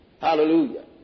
Hallelujah